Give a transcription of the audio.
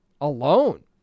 alone